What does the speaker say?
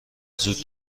زود